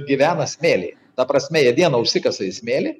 gyvena smėly ta prasme jie dieną užsikasa į smėlį